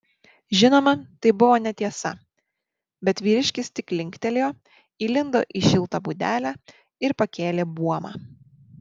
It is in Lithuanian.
žinoma tai buvo netiesa bet vyriškis tik linktelėjo įlindo į šiltą būdelę ir pakėlė buomą